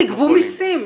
תגבו מסים.